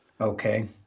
Okay